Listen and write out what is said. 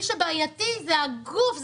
אבל זה האתר שלא עלה ומי שבעייתי זה הגוף,